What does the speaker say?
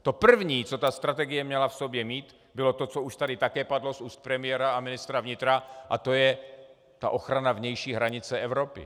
To první, co ta strategie měla v sobě mít, bylo to, co už tady také padlo z úst premiéra a ministra vnitra, a to je ochrana vnější hranice Evropy.